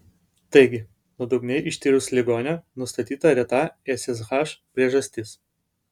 taigi nuodugniai ištyrus ligonę nustatyta reta ssh priežastis